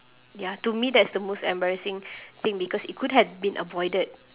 ya to me that is the most embarrassing thing because it could have been avoided